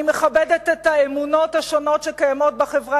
אני מכבדת את האמונות השונות שקיימות בחברה